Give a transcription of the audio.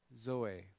zoe